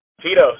Tito